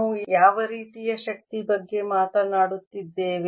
ನಾವು ಯಾವ ರೀತಿಯ ಶಕ್ತಿಯ ಬಗ್ಗೆ ಮಾತನಾಡುತ್ತಿದ್ದೇವೆ